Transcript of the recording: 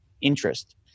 interest